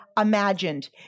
imagined